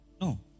No